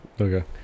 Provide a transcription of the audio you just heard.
Okay